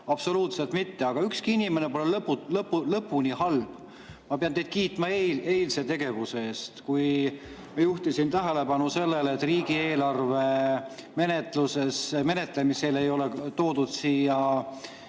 absoluutselt mitte. Aga ükski inimene pole lõpuni halb. Ma pean teid kiitma eilse tegevuse eest, kui ma juhtisin tähelepanu sellele, et riigieelarve menetlemisel ei olnud toodud siia